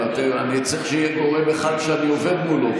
אבל אני צריך שיהיה גורם אחד שאני עובד מולו.